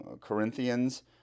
Corinthians